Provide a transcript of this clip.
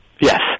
Yes